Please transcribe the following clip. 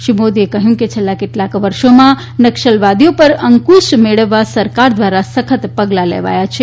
શ્રી મોદીએ કહ્યું કે છેલ્લા કેટલાક વર્ષોમાં નકસલવાદીઓ પર અંકુશ મેળવવા સરકાર દ્વારા સખત પગલા લેવાયા છે